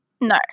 No